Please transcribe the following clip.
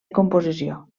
composició